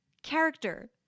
character